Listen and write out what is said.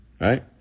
Right